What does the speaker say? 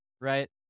right